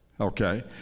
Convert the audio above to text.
okay